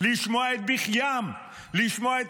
לשמוע את בכיים, לשמוע את